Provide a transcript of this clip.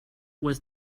was